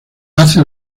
hace